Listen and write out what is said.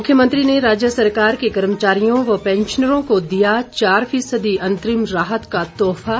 मुख्यमंत्री ने राज्य सरकार के कर्मचारियों व पैंशनरों को दिया चार फीसदी अंतरिम राहत का तोहफा